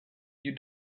you